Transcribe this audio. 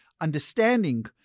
understanding